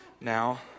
now